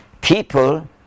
people